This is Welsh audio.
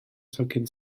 tocyn